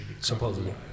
Supposedly